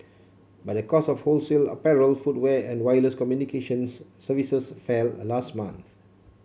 but the cost of wholesale apparel footwear and wireless communications services fell last month